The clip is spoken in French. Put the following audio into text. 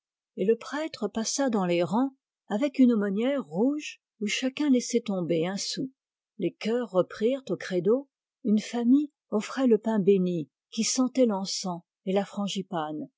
et le prêtre passa dans les rangs avec une aumônière rouge où chacun laissait tomber un sou les chœurs reprirent au credo une famille offrait le pain bénit qui sentait l'encens et la frangipane